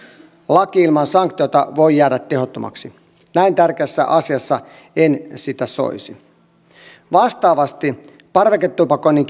laki ilman sanktiota voi jäädä tehottomaksi näin tärkeässä asiassa en sitä soisi vastaavasti parveketupakoinnin